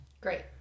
great